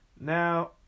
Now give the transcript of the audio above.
Now